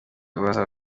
ubaza